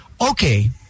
okay